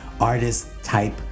artist-type